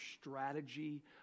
strategy